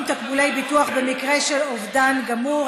תקבולי ביטוח במקרה של אובדן גמור),